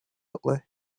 italy